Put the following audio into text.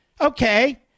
Okay